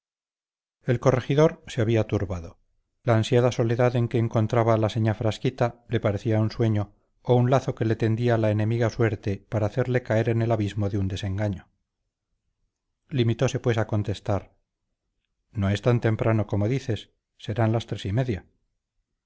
el corregidor se había turbado la ansiada soledad en que encontraba a la señá frasquita le parecía un sueño o un lazo que le tendía la enemiga suerte para hacerle caer en el abismo de un desengaño limitóse pues a contestar no es tan temprano como dices serán las tres y media